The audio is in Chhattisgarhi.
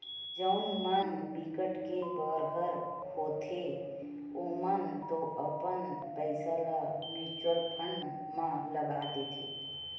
जउन मन बिकट के बड़हर होथे ओमन तो अपन पइसा ल म्युचुअल फंड म लगा देथे